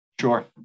sure